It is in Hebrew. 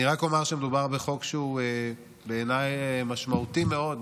אני רק אומר שמדובר בחוק שהוא בעיניי משמעותי מאוד,